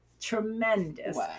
tremendous